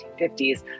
1950s